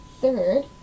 Third